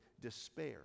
despair